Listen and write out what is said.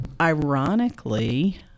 ironically